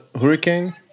hurricane